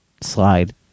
slide